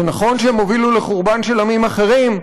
זה נכון שהם הובילו לחורבן של עמים אחרים,